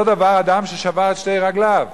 אותו דבר אדם ששבר את שתי רגליו,